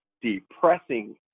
depressing